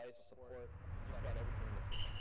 ah support, and just just about everything in between.